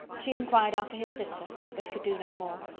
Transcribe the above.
she inquired after his sister, but could do no more.